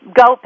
go